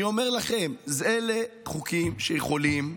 אני אומר לכם, אלה חוקים שיכולים,